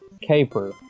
Caper